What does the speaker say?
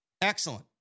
Excellent